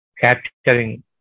capturing